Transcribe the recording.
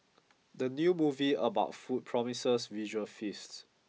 the new movie about food promises visual feast